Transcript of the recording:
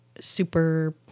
super